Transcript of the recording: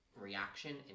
reaction